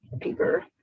paper